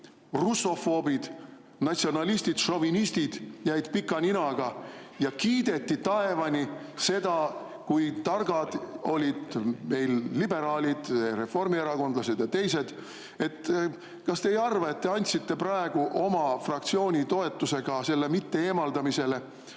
russofoobid, natsionalistid, šovinistid jäid pika ninaga, ja kiideti taevani seda, kui targad olid meie liberaalid, reformierakondlased ja teised. Kas te ei arva, et te andsite oma fraktsiooni toetusega sellele mitte-eemaldamisele